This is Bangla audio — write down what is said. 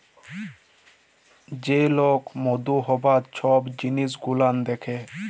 যে লক মধু হ্যবার ছব জিলিস গুলাল দ্যাখে